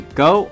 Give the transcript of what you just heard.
go